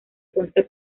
consta